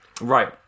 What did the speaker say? right